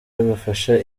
bafashe